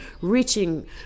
reaching